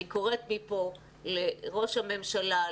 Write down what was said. אני קוראת מפה לראש הממשלה,